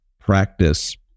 practice